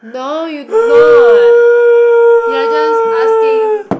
no you're not you are just asking